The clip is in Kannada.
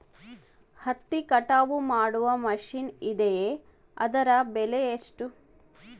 ಹತ್ತಿ ಕಟಾವು ಮಾಡುವ ಮಿಷನ್ ಇದೆಯೇ ಅದರ ಬೆಲೆ ಎಷ್ಟು?